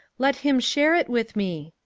let him share it with me.